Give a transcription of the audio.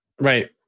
right